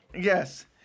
Yes